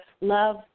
love